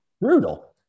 brutal